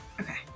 okay